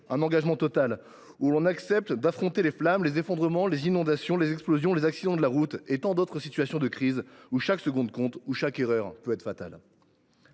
d’un engagement total, en vertu duquel on accepte d’affronter les flammes, les effondrements, les inondations, les explosions, les accidents de la route et tant d’autres situations de crise où chaque seconde compte, où chaque erreur peut être fatale.